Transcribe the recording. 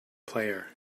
player